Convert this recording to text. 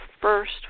first